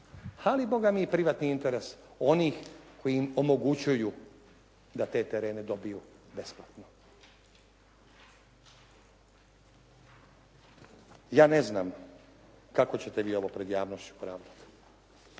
ali i privatni interes onih koji im omogućuju da te terene dobiju besplatno. Ja ne znam kako ćete vi ovo pred javnošću pravdati.